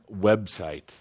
website